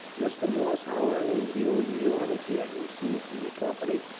mr. morse, however, in view of the orders he had received from the company,